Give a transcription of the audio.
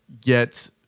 get